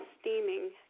steaming